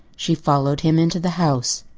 she followed him into the house.